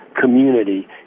Community